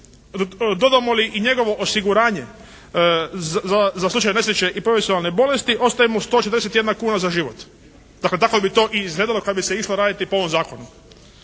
Dodamo li i njegovo osiguranje za slučaj nesreće i profesionalne bolesti ostaje mu 141 kuna za život. Dakle kako bi to izgledalo kad bi se išlo raditi po ovom zakonu?